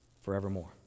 forevermore